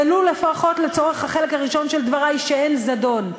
ולו לפחות לצורך החלק הראשון של דברי, שאין זדון,